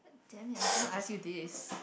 damn it I was gonna ask you this